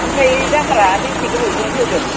ओमफ्राय दाहारआ बेसे गोबावजों होगोन